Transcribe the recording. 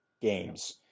games